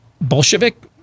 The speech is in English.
Bolshevik